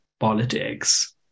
politics